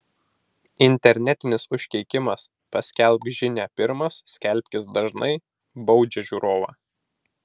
internetinis užkeikimas paskelbk žinią pirmas skelbkis dažnai baudžia žiūrovą